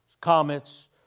comets